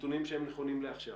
נתונים שהם נכונים לעכשיו.